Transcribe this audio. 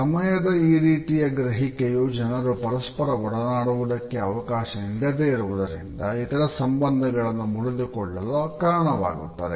ಸಮಯದ ಈ ರೀತಿಯ ಗ್ರಹಿಕೆಯು ಜನರು ಪರಸ್ಪರ ಒಡನಾಡುವುದಕ್ಕೆ ಅವಕಾಶ ನೀಡದೇ ಇರುವುದರಿಂದ ಇತರರ ಸಂಬಂಧಗಳನ್ನು ಮುರಿದುಕೊಳ್ಳಲು ಕಾರಣವಾಗುತ್ತದೆ